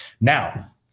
now